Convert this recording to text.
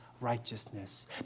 righteousness